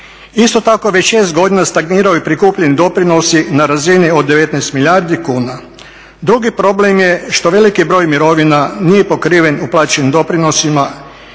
Isto tako već 6 godina stagniraju i prikupljeni doprinosi na razini od 19 milijardi kuna. Drugi problem je što veliki broj mirovina nije pokriven uplaćenim doprinosima,